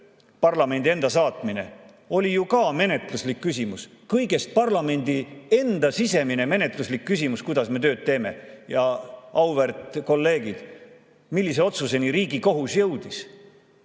parlamendi enda saatmine oli ju ka menetluslik küsimus – kõigest parlamendi enda sisemine menetluslik küsimus, kuidas me tööd teeme. Auväärt kolleegid, millise otsuseni Riigikohus jõudis?